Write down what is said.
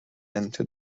into